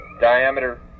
diameter